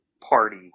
Party